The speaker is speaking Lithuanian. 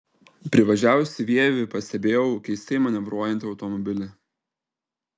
privažiavusi vievį pastebėjau keistai manevruojantį automobilį